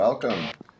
Welcome